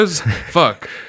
Fuck